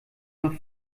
noch